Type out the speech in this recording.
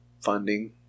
funding